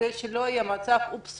כדי שלא יהיה מצב שיאמרו: אופס,